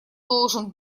должен